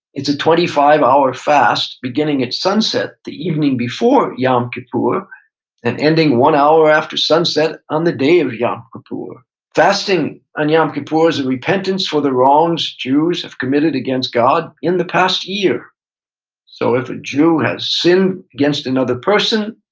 it's a twenty five hour fast beginning at sunset the evening before yom kippur and ending one hour after sunset on the day of yom kippur. fasting on yom kippur is a repentance for the wrongs jews have committed against god in the past year so, if a jew has sinned against another person,